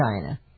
China